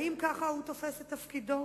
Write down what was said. האם כך הוא תופס את תפקידו?